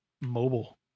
mobile